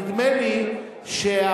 נדמה לי שבכנסת,